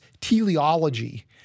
teleology